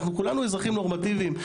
אנחנו כולנו אזרחים נורמטיביים.